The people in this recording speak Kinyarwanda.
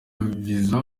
visa